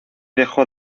dejó